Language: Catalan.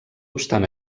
obstant